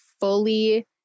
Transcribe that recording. fully